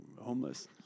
homeless